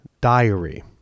diary